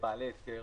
לבעלי היתר,